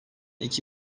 iki